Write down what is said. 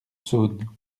saône